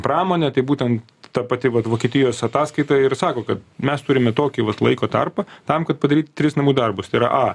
pramonę tai būtent ta pati vat vokietijos ataskaita ir sako kad mes turime tokį vat laiko tarpą tam kad padaryt tris namų darbus tai yra a